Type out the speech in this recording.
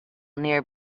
near